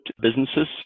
businesses